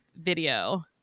video